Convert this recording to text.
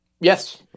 Yes